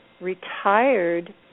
retired